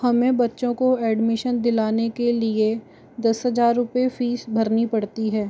हमें बच्चों को एडमिशन दिलाने के लिए दस हज़ार रुपये फीस भरनी पड़ती है